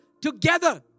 together